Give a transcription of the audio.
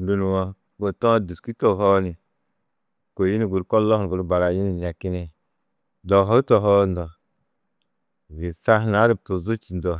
Ndû nuwo, bôtu-ã dûski tohoo ni, kôi hunu guru, kollo hunu barayunu nekini, dohu tohoo ndo, sa huna du tuzu čî ndo,